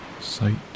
sight